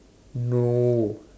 no